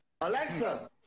Alexa